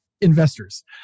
investors